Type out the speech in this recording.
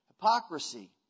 Hypocrisy